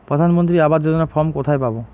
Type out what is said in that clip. প্রধান মন্ত্রী আবাস যোজনার ফর্ম কোথায় পাব?